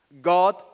God